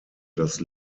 das